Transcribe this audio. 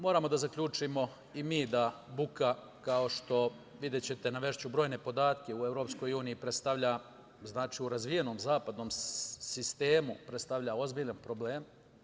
Moramo da zaključimo i mi da buka kao što, videćete navešću brojne podatke u EU, u razvijenom zapadnom sistemu predstavlja ozbiljne probleme.